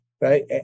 Right